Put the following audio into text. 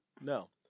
No